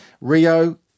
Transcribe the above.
Rio